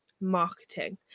marketing